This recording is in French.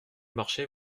marché